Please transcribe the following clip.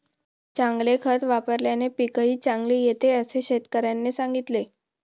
चांगले खत वापल्याने पीकही चांगले येते असे शेतकऱ्याने सांगितले